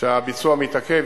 שהביצוע מתעכב.